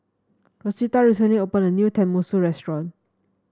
Rosita recently opened a new Tenmusu restaurant